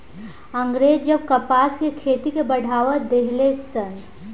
अँग्रेज सब कपास के खेती के बढ़ावा देहलन सन